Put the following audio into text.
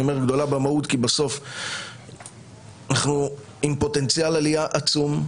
בסוף אנחנו עם פוטנציאל עלייה עצום.